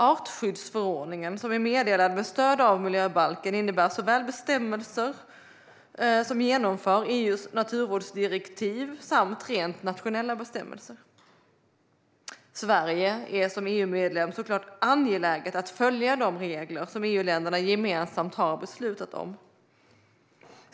Artskyddsförordningen, som är meddelad med stöd av miljöbalken, innehåller såväl bestämmelser som genomför EU:s naturvårdsdirektiv som rent nationella bestämmelser. Sverige är som EU-medlem såklart angeläget att följa de regler som EU-länderna gemensamt har beslutat om.